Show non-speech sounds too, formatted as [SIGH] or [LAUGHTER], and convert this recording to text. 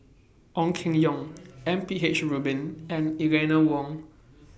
Ong Keng Yong M P H Rubin and Eleanor Wong [NOISE]